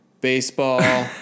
baseball